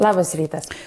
labas rytas